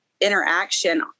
interaction